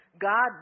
god